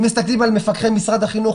אם מסתכלים על מפקחי משרד החינוך,